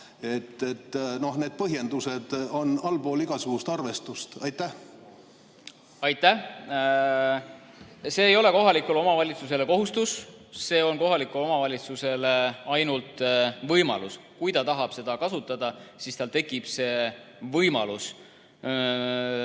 anda. Need põhjendused on allpool igasugust arvestust. Aitäh! See ei ole kohalikule omavalitsusele kohustus, see on kohalikule omavalitsusele ainult võimalus. Kui ta tahab seda kasutada, siis tal tekib see võimalus.